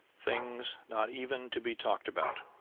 things not even to be talked about.